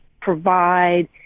provide